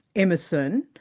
emerson,